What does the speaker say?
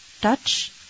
touch